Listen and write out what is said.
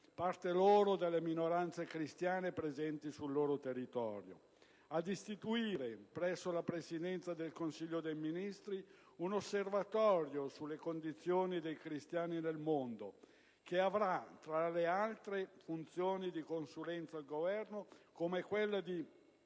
parte loro, delle minoranze cristiane presenti sul loro territorio; ad istituire presso la Presidenza del Consiglio dei ministri un osservatorio sulla condizione dei cristiani nel mondo, che abbia, tra le altre, funzioni di consulenza al Governo, come quella di